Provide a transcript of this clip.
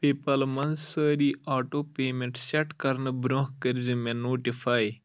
پے پال منٛز سٲری auto payment set کرنہٕ برٛونٛہہ کٔرۍ زِ مےٚ نوٹفاے